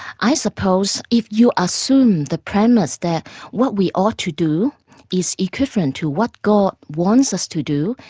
i suppose if you assume the premise that what we ought to do is equivalent to what god wants us to do.